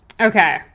okay